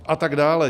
A tak dále.